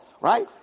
right